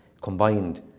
combined